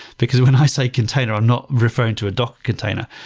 because when i say container, i'm not referring to a docker container.